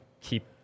keep